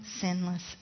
sinless